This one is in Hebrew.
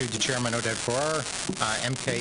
סליחה,